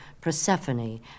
Persephone